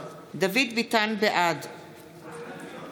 בעד